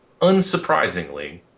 Unsurprisingly